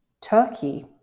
Turkey